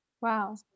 Wow